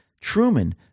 Truman